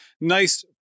nice –